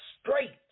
Straight